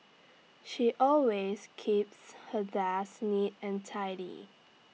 she always keeps her desk neat and tidy